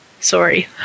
Sorry